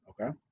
Okay